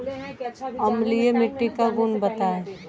अम्लीय मिट्टी का गुण बताइये